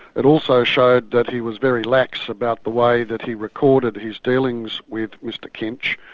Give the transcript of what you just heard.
it also showed that he was very lax about the way that he recorded his dealings with mr kinch,